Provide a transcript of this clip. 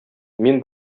мин